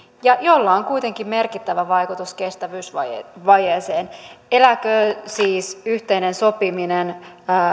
ja jolla on kuitenkin merkittävä vaikutus kestävyysvajeeseen eläköön siis yhteinen sopiminen